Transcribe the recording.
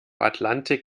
atlantik